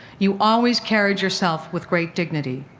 you always carried yourself with great dignity.